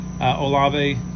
Olave